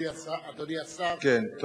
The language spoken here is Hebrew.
אדוני השר, אתה